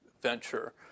venture